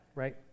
Right